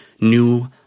new